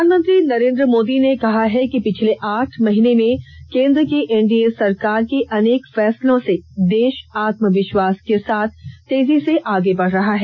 प्रधानमंत्री नरेन्द्र मोदी ने कहा है कि पिछले आठ महीने में केन्द्र की एनडीए सरकार के अनेक फैसलों से देश आत्म विश्वास के साथ तेजी से आगे बढ़ रहा है